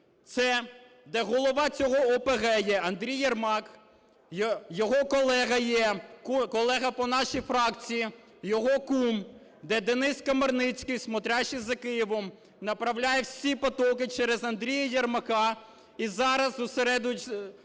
Це, де голова цього ОПГ є Андрій Єрмак, його колега є, колега по нашій фракції, його кум, де Денис Комарницький, "смотрящий" за Києвом, направляє всі потоки через Андрія Єрмака, і зараз зосереджуються